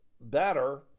better